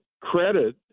credit